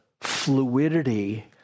fluidity